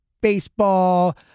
baseball